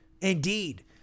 Indeed